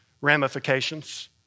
ramifications